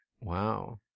Wow